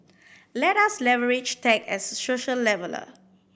let us leverage tech as a social leveller